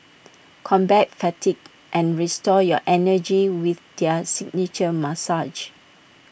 combat fatigue and restore your energy with their signature massages